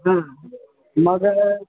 हां मग